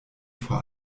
vor